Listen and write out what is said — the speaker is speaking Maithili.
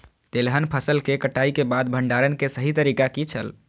तेलहन फसल के कटाई के बाद भंडारण के सही तरीका की छल?